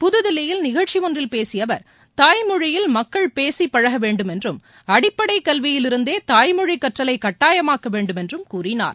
புதுதில்லியில் நிகழ்ச்சி ஒன்றில் பேசிய அவர் தாய்மொழியில் மக்கள் பேச பழக வேண்டும் என்றும் அடிப்படை கல்வியில் இருந்தே தாய்மொழி கற்றலை கட்டாயமாக்க வேண்டும் என்றும் கூறினார்